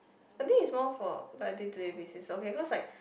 I think it's more for like day to day basis okay cause like